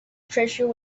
treasure